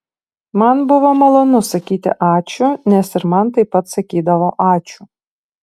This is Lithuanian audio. man buvo malonu sakyti ačiū nes ir man taip pat sakydavo ačiū